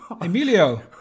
Emilio